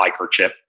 microchip